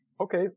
Okay